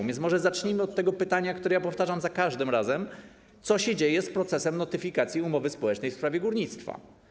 A więc może zacznijmy od tego pytania, które ja powtarzam za każdym razem: Co się dzieje z procesem notyfikacji umowy społecznej w sprawie górnictwa?